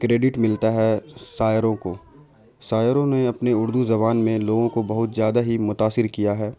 credit ملتا ہے شائروں کو شائروں نے اپنے اردو زبان میں لوگوں کو بہت زیادہ ہی متاثر کیا ہے